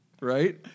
Right